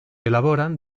elaboran